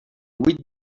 huit